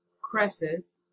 cresses